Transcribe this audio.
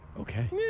Okay